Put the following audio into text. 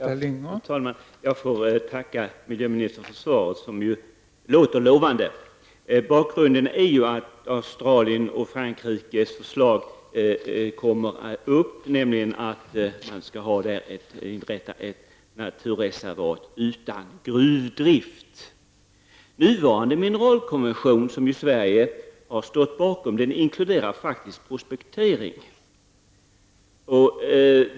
Fru talman! Jag får tacka miljöministern för svaret, som ju verkar lovande. Bakgrunden är det australiska och franska förslaget om att här inrätta ett naturreservat utan gruvdrift. Nuvarande mineralkonvention, som Sverige har stått bakom, inkluderar faktiskt prospektering.